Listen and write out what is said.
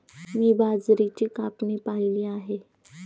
मी बाजरीची कापणी पाहिली आहे